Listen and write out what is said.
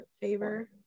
favor